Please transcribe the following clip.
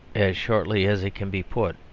as shortly as it can be put,